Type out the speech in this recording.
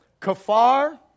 Kafar